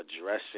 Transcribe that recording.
addressing